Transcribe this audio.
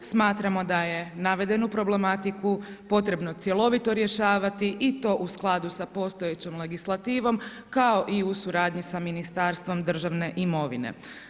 Smatramo da je navedenu problematiku potrebno cjelovito rješavati i to u skladu sa postojećom legislativom kao i u suradnji sa Ministarstvom državne imovine.